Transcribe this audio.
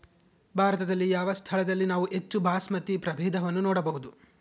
ಭಾರತದಲ್ಲಿ ಯಾವ ಸ್ಥಳದಲ್ಲಿ ನಾವು ಹೆಚ್ಚು ಬಾಸ್ಮತಿ ಪ್ರಭೇದವನ್ನು ನೋಡಬಹುದು?